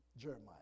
Jeremiah